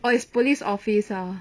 oh is police office ah